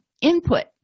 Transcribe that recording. input